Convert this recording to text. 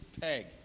peg